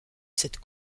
cette